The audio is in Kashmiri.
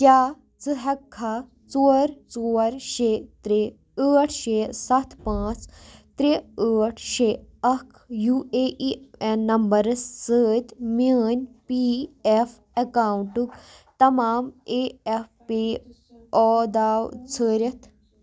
کیٛاہ ژٕ ہیٚککھا ژور ژور شےٚ ترٛےٚ ٲٹھۍ شےٚ سَتھ پانٛژھ ترٛےٚ ٲٹھ شےٚ اکھ یوٗ اے ای این نمبرس سۭتۍ میٲنۍ پی ایف اکاونٹُک تمام اے ایف پے او داو ژھٲرِتھ